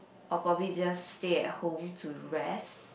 or probably just stay at home to rest